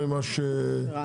את הנהלים, לרענן.